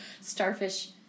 starfish